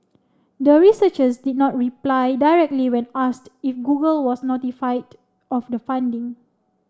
the researchers did not reply directly when asked if Google was notified of the finding